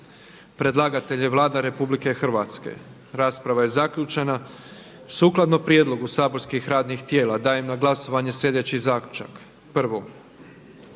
Predlagatelj je Vlada Republike Hrvatske. Rasprava je zaključena. Sukladno prijedlogu saborskih radnih tijela dajem na glasovanje sljedeći Zaključak: „1.